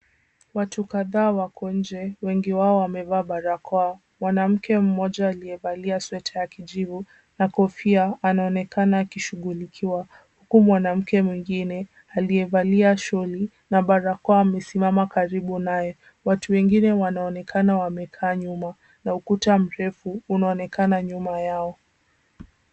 Watu kadhaa wako nje wengi wao wamevaa barakoa. Mwanamke mmoja aliyevalia sweta ya kijivu na kofia. Anaonekana akishughulikiwa huku mwanamke mwingine aliyevalia sholi na barakoa amesimama karibu naye. Watu wengine wanaonekana wamekaa nyuma na ukuta mrefu unaonekana nyuma yao.